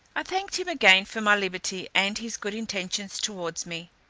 i thanked him again for my liberty and his good intentions towards me.